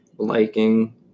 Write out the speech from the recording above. Liking